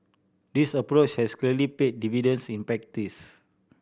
this approach has clearly paid dividends in practice